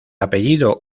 apellido